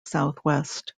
southwest